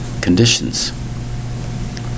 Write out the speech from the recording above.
conditions